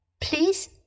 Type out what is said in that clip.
Please